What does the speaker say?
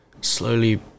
slowly